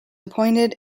appointed